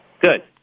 Good